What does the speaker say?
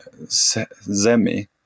Zemi